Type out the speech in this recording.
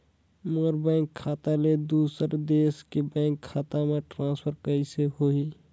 मोर bank खाता ले दुसर देश के बैंक खाता मे ट्रांसफर कइसे होही?